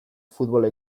futbola